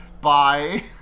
bye